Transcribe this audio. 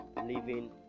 living